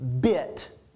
bit